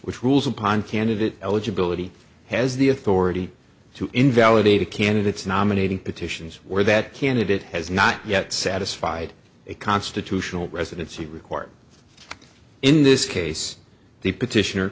which rules upon candidate eligibility has the authority to invalidate a candidates nominating petitions where that candidate has not yet satisfied a constitutional residency requirement in this case the petition